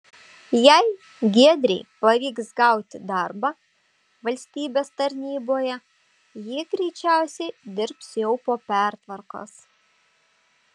jei giedrei pavyks gauti darbą valstybės tarnyboje ji greičiausiai dirbs jau po pertvarkos